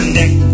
neck